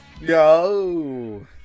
Yo